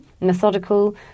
methodical